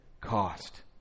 cost